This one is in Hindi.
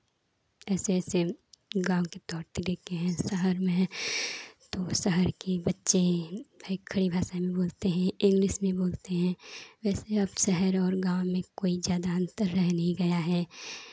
ऐसे ऐसे गाँव के तौर तरीके हैं शहर में हैं तो शहर की बच्चे फिर खड़ी भाषा में बोलते हैं इंग्लिश में बोलते हैं वैसे अब शहर और गाँव में कोइ ज़्यादा अन्तर रह नहीं गया है